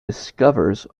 discovers